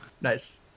nice